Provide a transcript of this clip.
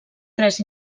tres